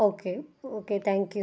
okay okay thank you